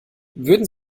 würden